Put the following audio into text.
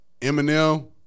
Eminem